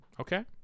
Okay